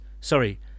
sorry